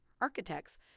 architects